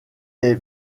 est